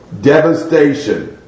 devastation